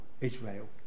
Israel